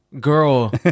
girl